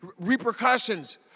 repercussions